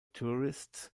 tourists